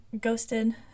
ghosted